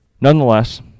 Nonetheless